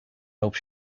hope